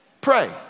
pray